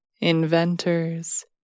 inventors